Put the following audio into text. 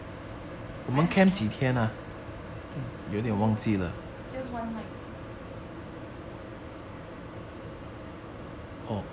还好 lor err just one night